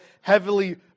heavily